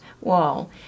wall